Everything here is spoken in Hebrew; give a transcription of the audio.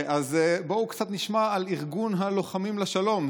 אז בואו נשמע קצת על ארגון לוחמים לשלום.